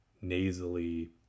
nasally